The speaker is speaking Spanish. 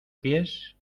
pies